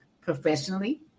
professionally